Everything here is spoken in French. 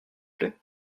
plait